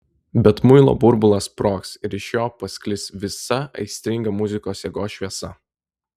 bet muilo burbulas sprogs ir iš jo pasklis visa aistringa muzikos jėgos šviesa